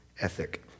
ethic